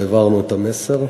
והעברנו את המסר.